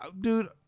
Dude